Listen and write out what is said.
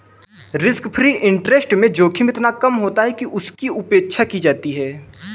risk free interest rate में जोखिम इतना कम होता है कि उसकी उपेक्षा की जाती है